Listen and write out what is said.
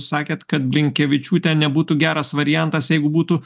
sakėte kad blinkevičiūtė nebūtų geras variantas jeigu būtų